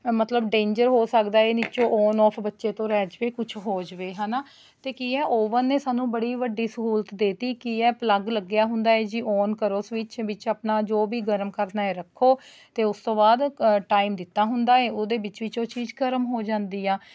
ਮਤਲਬ ਡੇਨਜਰ ਹੋ ਸਕਦਾ ਏ ਨੀਚੋਂ ਔਨ ਔਫ ਬੱਚੇ ਤੋਂ ਰਹਿ ਜਾਵੇ ਕੁਛ ਹੋ ਜਾਵੇ ਹੈ ਨਾ ਅਤੇ ਕੀ ਹੈ ਓਵਨ ਨੇ ਸਾਨੂੰ ਬੜੀ ਵੱਡੀ ਸਹੂਲਤ ਦੇ ਤੀ ਕੀ ਹੈ ਪਲੱਗ ਲੱਗਿਆ ਹੁੰਦਾ ਏ ਜੀ ਔਨ ਕਰੋ ਸਵਿੱਚ ਵਿੱਚ ਆਪਣਾ ਜੋ ਵੀ ਗਰਮ ਕਰਨਾ ਹੈ ਰੱਖੋ ਅਤੇ ਉਸ ਤੋਂ ਬਾਅਦ ਟਾਇਮ ਦਿੱਤਾ ਹੁੰਦਾ ਏ ਉਹਦੇ ਵਿੱਚ ਵਿੱਚ ਉਹ ਚੀਜ਼ ਗਰਮ ਹੋ ਜਾਂਦੀ ਆ